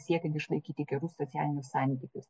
siekiant išlaikyti gerus socialinius santykius